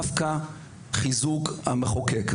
שדווקא חיזוק המחוקק,